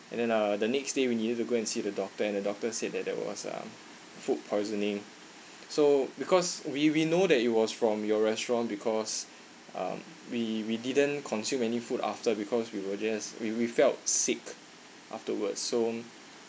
and then uh the next day we needed to go and see the doctor and the doctor said that that was a food poisoning so because we we know that it was from your restaurant because um we we didn't consume any food after because we were just we we felt sick afterwards so